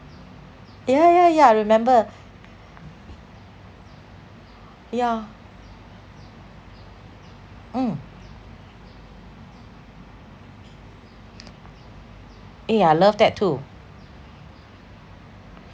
yeah yeah yeah I remember yeah mm eh I love that too